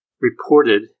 reported